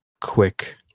quick